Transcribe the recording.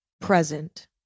present